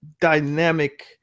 dynamic